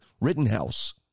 Rittenhouse